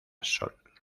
sol